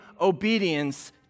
obedience